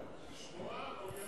לשמוע או להיות